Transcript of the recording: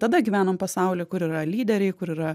tada gyvenam pasauly kur yra lyderiai kur yra